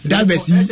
Diversity